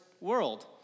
world